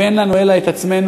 ואין לנו אלא את עצמנו.